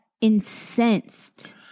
incensed